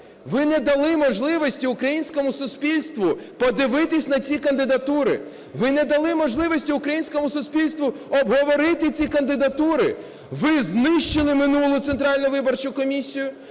Ви не дали можливості українському суспільству подивитися на ці кандидатури. Ви не дали можливості українському суспільству обговорити ці кандидатури. Ви знищили минулу